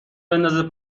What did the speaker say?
بندازه